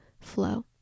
flow